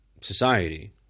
society –